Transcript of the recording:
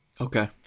Okay